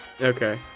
Okay